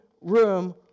room